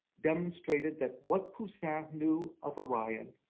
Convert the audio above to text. demonstrated that what poussin knew of orion